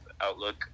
outlook